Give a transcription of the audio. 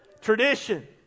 Tradition